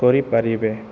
କରିପାରିବେ